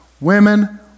Women